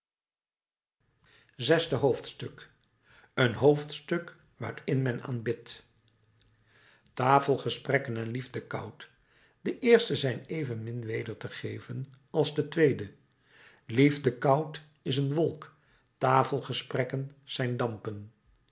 zesde hoofdstuk een hoofdstuk waarin men aanbidt tafelgesprekken en liefdekout de eerste zijn evenmin weder te geven als de tweede liefdekout is een wolk tafelgesprekken zijn dampen